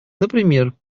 например